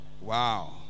Wow